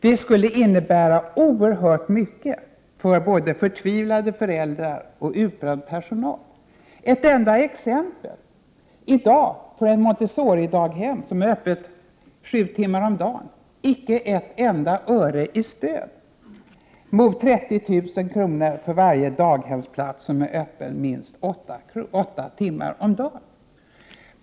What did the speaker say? Det skulle innebära oerhört mycket för både förtvivlade föräldrar och utbränd personal. Ett enda exempel. I dag får ett montessoridaghem som är öppet sju timmar om dagen icke ett enda öre i stöd, vilket skall jämföras med 30 000 kr. för varje daghemsplats som är öppen minst åtta timmar om dagen.